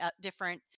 different